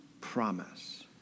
promise